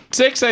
six